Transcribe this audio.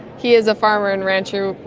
he is a farmer and rancher.